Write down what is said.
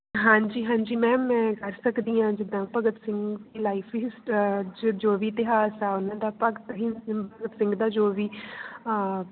ਹਾਂਜੀ ਹਾਂਜੀ ਮੈਮ ਮੈਂ ਕਰ ਸਕਦੀ ਹਾਂ ਜਿਦਾਂ ਭਗਤ ਸਿੰਘ ਲਾਈਫ ਹਿਸ ਜ ਜੋ ਵੀ ਇਤਿਹਾਸ ਆ ਉਹਨਾਂ ਦਾ ਭਗਤ ਸਿੰਘ ਦਾ ਜੋ ਵੀ